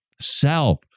self